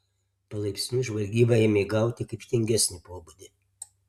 palaipsniui žvalgyba ėmė įgauti kryptingesnį pobūdį